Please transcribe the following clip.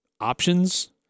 options